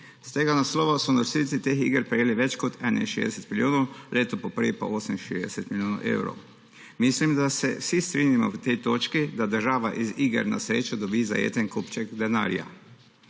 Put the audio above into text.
Iz tega naslova so nosilci teh iger prejeli več kot 61 milijonov, leto poprej pa 68 milijonov evrov. Mislim, da se v tej točki vsi strinjamo, da država iz iger na srečo dobi zajeten kupček denarja.